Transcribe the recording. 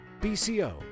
BCO